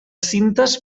cintes